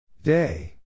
Day